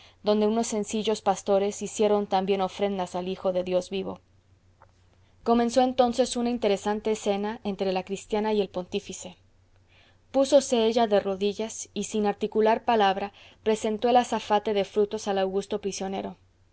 donde unos sencillos pastores hicieron también ofrendas al hijo de dios vivo comenzó entonces una interesante escena entre la cristiana y el pontífice púsose ella de rodillas y sin articular palabra presentó el azafate de frutos al augusto prisionero